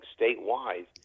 statewide